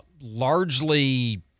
Largely